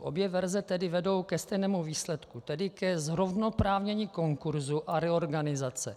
Obě verze tedy vedou ke stejnému výsledku, tedy ke zrovnoprávnění konkurzu a reorganizace.